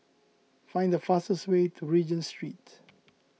find the fastest way to Regent Street